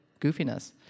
goofiness